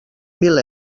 mil